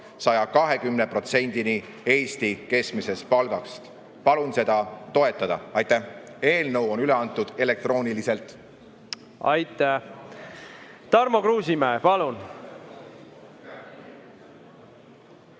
120%‑ni Eesti keskmisest palgast. Palun seda toetada! Aitäh! Eelnõu on üle antud elektrooniliselt. Aitäh! Tarmo Kruusimäe, palun!